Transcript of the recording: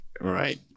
Right